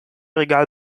regal